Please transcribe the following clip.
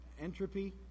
Entropy